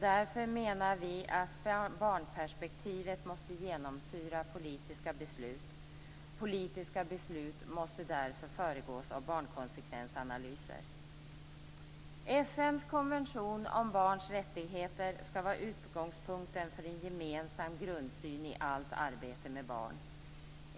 Därför menar vi att barnperspektivet måste genomsyra politiska beslut. Politiska beslut måste därför föregås av barnkonsekvensanalyser. FN:s konvention om barns rättigheter skall vara utgångspunkten för en gemensam grundsyn i allt arbete med barn.